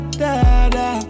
dada